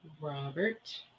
Robert